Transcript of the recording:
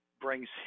brings